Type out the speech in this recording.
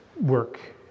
work